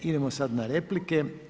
Idemo sada na replike.